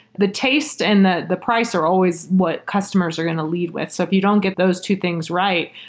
the taste and the the price are always what customers are going to leave with. so if you don't get those two things right,